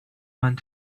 want